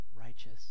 righteous